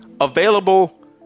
available